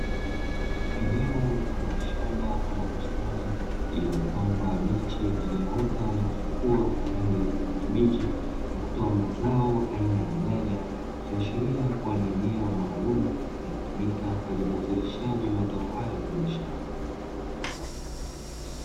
Eneo mfano wa shamba ama bustani lililopandwa miche iliyoota na kuchipua kwa rangi yenye kibichi na kutoa mazao aina ya nyanya, ikiashiria kuwa ni eneo maalumu lilitumika kwa ajili ya uzalishaji wa mazao hayo ya biashara.